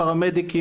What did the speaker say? פראמדיקים,